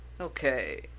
Okay